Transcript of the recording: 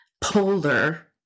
polar